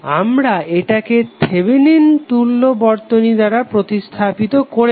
আমরা এটাকে থেভেনিন তুল্য বর্তনী দ্বারা প্রতিস্থাপিত করেছি